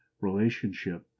relationship